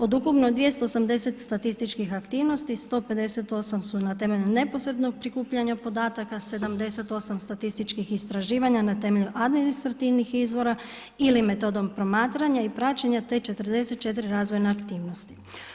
Od ukupno 280 statističkih aktivnosti, 158 su na temelju neposrednog prikupljanja podataka, 78 statističkih istraživanja na temelju administrativnih izvora ili metodom promatranja i praćenja, te 44 razvojne aktivnosti.